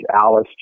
Alice